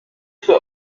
für